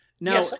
Now